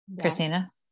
Christina